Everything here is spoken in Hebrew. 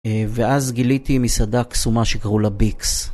ואז גיליתי מסעדה קסומה שקראו לה ביקס